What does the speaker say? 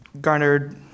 garnered